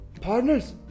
partners